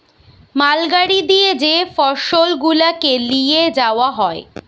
মাল গাড়ি দিয়ে যে ফসল গুলাকে লিয়ে যাওয়া হয়